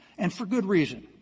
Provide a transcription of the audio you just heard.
and for good reason.